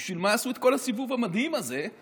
בשביל מה עשו את כל הסיבוב המדהים הזה?